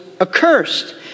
accursed